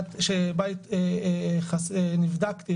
נבדקתי,